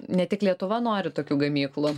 ne tik lietuva nori tokių gamyklų